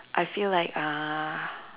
I feel like uh